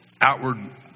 outward